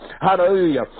hallelujah